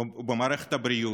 ובמערכת הבריאות,